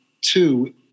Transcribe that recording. two